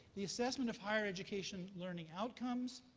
the assessment of higher education learning outcomes.